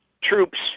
troops